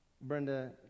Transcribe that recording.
Brenda